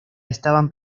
estaban